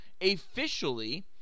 officially